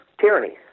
tyranny